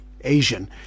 asian